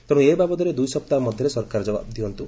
ଏଣୁ ଏ ବାବଦରେ ଦୁଇସପ୍ତାହ ମଧ୍ୟରେ ସରକାର ଜବାବ ଦିଅନ୍ତୁ